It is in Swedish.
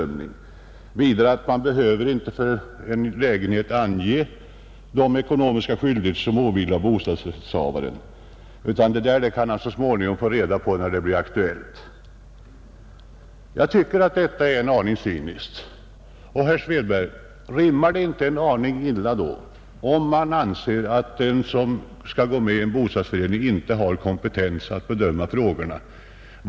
Man skulle inte heller beträffande en lägenhet behöva ange de ekonomiska skyldigheter som åligger bostadsrättsinnehavaren, Det där kunde denne så småningom få reda på när det blir aktuellt. Jag tycker att detta är en aning cyniskt. Rimmar det då inte en aning illa, herr Svedberg, om man anser att den som skall gå med i en bostadsförening inte har kompetens att bedöma frågorna, med förslaget om styrelseledamöter?